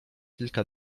kilka